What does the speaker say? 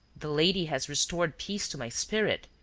the lady has restored peace to my spirit,